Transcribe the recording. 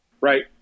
right